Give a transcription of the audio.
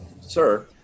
Sir